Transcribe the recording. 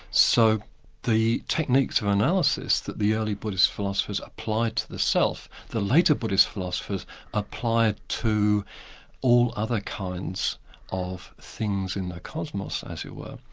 so the techniques of analysis that the early buddhist philosophers apply to the self, the later buddhist philosophers apply it to all other kinds of things in the cosmos as it were,